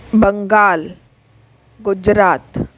Bengal Gujarat